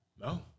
No